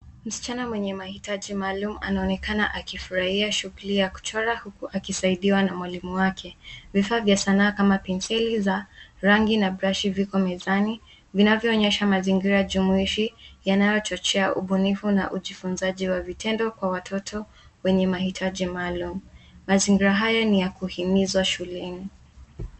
Msichana mwenye mahitaji maalum anaonekana akifurahia shughuli ya kuchora huku akisaidiwa na mwalimu wake. Vifaa vya sanaa kama penseli za rangi na brashi ziko mezani, vinavyoonyesha mazingira jumuishi yanayochochea ubunifu na ujifunzaji wa vitendo kwa watoto wenye mahitaji maalum.